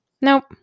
nope